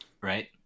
right